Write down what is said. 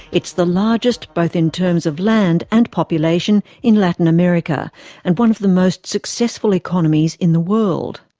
it's the largest both in terms of land and population in latin america and one of the most successful economies in the world.